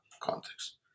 context